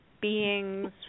beings